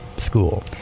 School